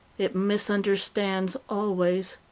it misunderstands always,